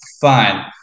fine